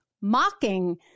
mocking